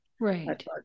Right